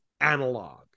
analog